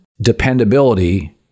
dependability